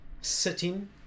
sitting